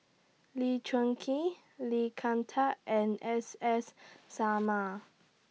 Lee Choon Kee Lee Kin Tat and S S Sarma